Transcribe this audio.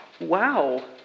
Wow